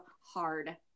hard